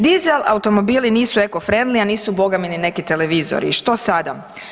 Diesel automobili nisu eko fremli, a nisu Boga mi ni neki televizori i što sada?